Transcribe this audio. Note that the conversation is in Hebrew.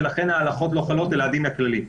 ולכן ההלכות לא חלות לפי הדין הכללי.